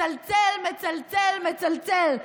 מצלצל, מצלצל, מצלצל.